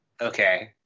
Okay